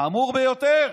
חמור ביותר.